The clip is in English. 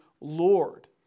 Lord